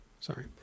Sorry